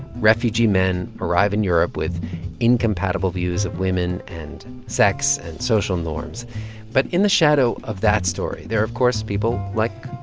refugee men arrive in europe with incompatible views of women and sex and social norms but in the shadow of that story, there are, of course, people like